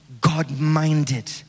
God-minded